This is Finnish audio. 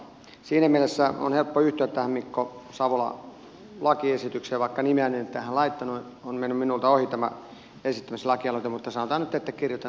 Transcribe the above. siinä mielessä on helppo yhtyä tähän mikko savolan lakiesitykseen vaikka nimeäni en tähän laittanut on mennyt minulta ohi tämä esitetty lakialoite mutta sanotaan nyt että kirjoitan sen tässä nyt alle